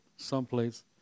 someplace